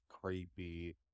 creepy